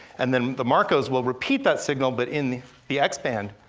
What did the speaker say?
and then the marcos will repeat that signal, but in the the x-band,